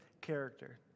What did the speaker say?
character